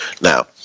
Now